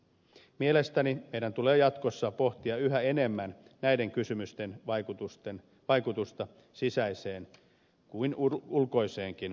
mielestäni meidän tulee jatkossa pohtia yhä enemmän näiden kysymysten vaikutusta niin sisäiseen kuin ulkoiseenkin turvallisuuteemme